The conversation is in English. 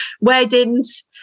Weddings